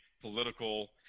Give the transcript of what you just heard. political